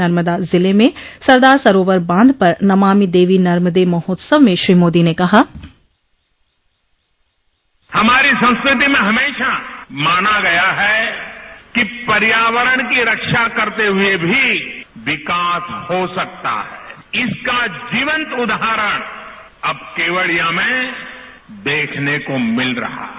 नर्मदा जिले में सरदार सरोवर बांध पर नमामि देवी नर्मदे महोत्सव में श्री मोदी ने कहा बाइट हमारी संस्कृति में हमेशा माना गया है कि पर्यावरण की रक्षा करते हुए भी विकास हो सकता है इसका जीवंत उदाहरण अब केवडिया में देखने को मिल रहा है